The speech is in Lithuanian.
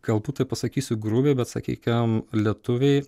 galbūt taip pasakysiu grubiai bet sakykim lietuviai